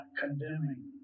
condemning